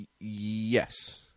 yes